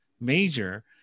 major